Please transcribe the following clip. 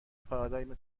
پارادایم